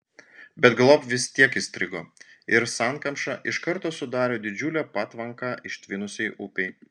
bet galop vis tiek įstrigo ir sankamša iš karto sudarė didžiulę patvanką ištvinusiai upei